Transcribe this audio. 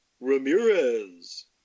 Ramirez